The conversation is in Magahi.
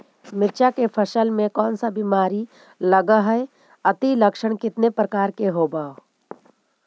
मीरचा के फसल मे कोन सा बीमारी लगहय, अती लक्षण कितने प्रकार के होब?